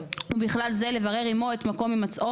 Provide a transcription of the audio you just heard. וכלל זה לברר עימו את מקום הימצאו,